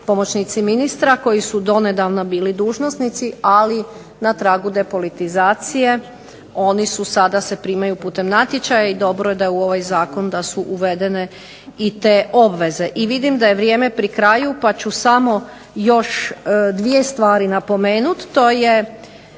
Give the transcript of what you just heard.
pomoćnici ministra koji su donedavno bili dužnosnici, ali na tragu depolitizacije oni se sada primaju putem natječaja i dobro je da su u ovaj zakon uvedene i te obveze. I vidim da je vrijeme pri kraju, pa ću samo još dvije stvari napomenuti. To je